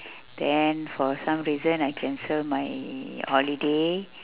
then for some reason I cancel my holiday